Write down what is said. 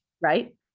right